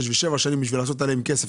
6 ו-7 שנים כדי לעשות עליהן כסף,